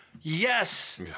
Yes